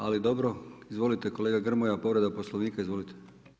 Ali dobro, izvolite kolega Grmoja, povreda Poslovnika, izvolite.